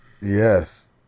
Yes